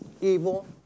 evil